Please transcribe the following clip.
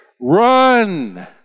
run